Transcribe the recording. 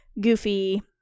goofy